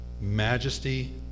majesty